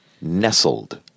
nestled